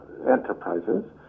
enterprises